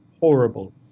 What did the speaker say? horrible